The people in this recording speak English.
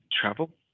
travel